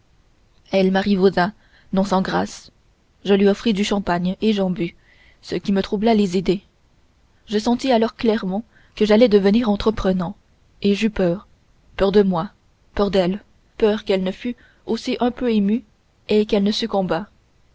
elle marivauda non sans grâce je lui offris du champagne et j'en bus ce qui me troubla les idées je sentis alors clairement que j'allais devenir entreprenant et j'eus peur peur de moi peur d'elle peur qu'elle ne fût aussi un peu émue et qu'elle ne